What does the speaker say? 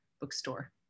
bookstore